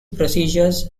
procedures